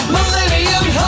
Millennium